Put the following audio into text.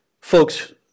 folks